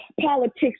politics